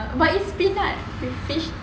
but it's peanut with fish